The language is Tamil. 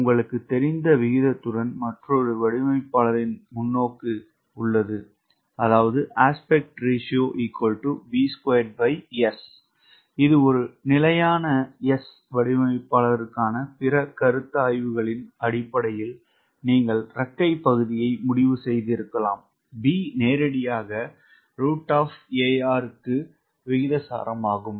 உங்களுக்குத் தெரிந்த விகிதத்துடன் மற்றொரு வடிவமைப்பாளரின் முன்னோக்கு உள்ளது 𝐴𝑅 𝑏2 𝑆w ஒரு நிலையான Sw வடிவமைப்பாளருக்கான பிற கருத்தாய்வுகளின் அடிப்படையில் நீங்கள் இறக்கைப் பகுதியை முடிவு செய்திருக்கலாம் b நேரடியாக √𝐴𝑅 to க்கு விகிதாசாரமாகும்